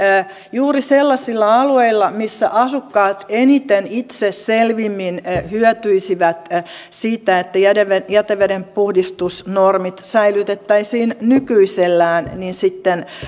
juuri sellaisilla alueilla missä asukkaat eniten itse selvimmin hyötyisivät siitä että jätevedenpuhdistusnormit säilytettäisiin nykyisellään